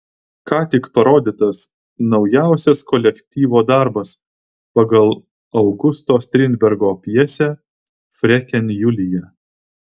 ką tik parodytas naujausias kolektyvo darbas pagal augusto strindbergo pjesę freken julija